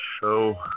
show